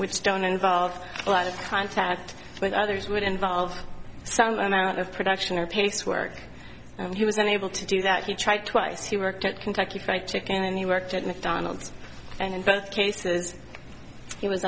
which don't involve a lot of contact with others would involve some amount of production or pace work and he was unable to do that he tried twice he worked at kentucky fried chicken and he worked at mcdonald's and in both cases he was